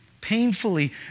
painfully